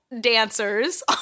dancers